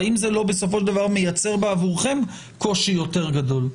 והאם זה לא מייצר בעבורכם קושי יותר גדול?